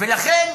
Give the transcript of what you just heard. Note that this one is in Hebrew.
לכן,